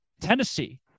Tennessee